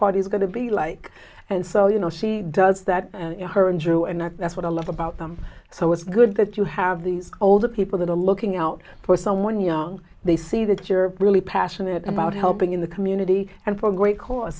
party is going to be like and so you know she does that you know her and drew an arc that's what i love about them so it's good that you have these older people that are looking out for someone young they see that you're really passionate about helping in the community and for a gr